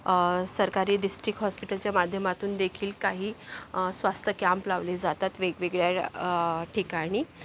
सरकारी डिस्ट्रिक्ट हॉस्पिटलच्या माध्यमातूनदेखील काही स्वास्थ्य कॅम्प लावले जातात वेगवेगळ्या ठिकाणी